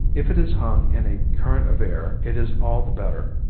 if it is hung in a current of air it is all the better,